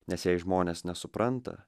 nes jei žmonės nesupranta